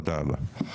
תודה רבה.